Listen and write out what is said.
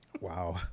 Wow